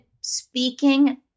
speaking